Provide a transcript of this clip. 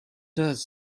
does